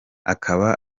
akaba